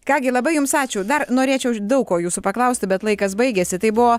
ką gi labai jums ačiū dar norėčiau daug ko jūsų paklausti bet laikas baigėsi tai buvo